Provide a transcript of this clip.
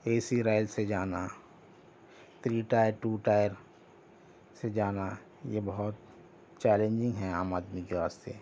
اے C rail سے جانا three tier two tier سے جانا یہ بہت چیلیجنگ ہے عام آدمی کے واسطے